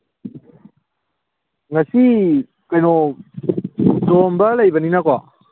ꯉꯁꯤ ꯀꯩꯅꯣ ꯆꯥꯛꯎꯝꯕ ꯂꯩꯕꯅꯤꯅꯀꯣ